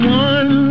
one